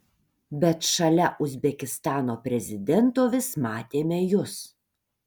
bet šalia uzbekistano prezidento vis matėme jus